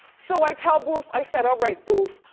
so i tell boof, i said, all right, boof,